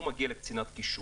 הוא מגיע לקצינת קישור.